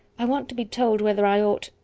i want to be told whether i ought,